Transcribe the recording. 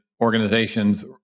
organizations